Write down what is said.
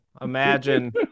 imagine